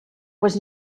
les